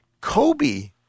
Kobe